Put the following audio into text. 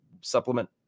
supplement